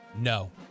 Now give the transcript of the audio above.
no